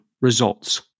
results